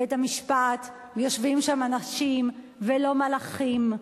בית-המשפט, יושבים שם אנשים ולא מלאכים,